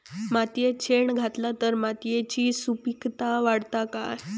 मातयेत शेण घातला तर मातयेची सुपीकता वाढते काय?